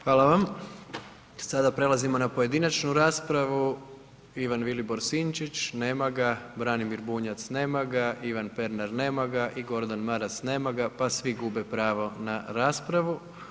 Hvala vam, sada prelazimo na pojedinačnu raspravu Ivan Vilibor Sinčić, nema ga, Branimir Bunjac, nema ga, Ivan Pernar, nema ga i Gordan Maras, nema ga, pa svi gube pravo na raspravu.